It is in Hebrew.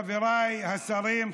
חבריי השרים,